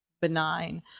benign